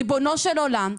ריבונו של עולם,